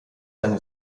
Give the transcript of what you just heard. seinen